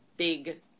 big